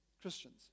Christians